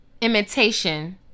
imitation